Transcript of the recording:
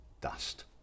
dust